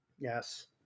Yes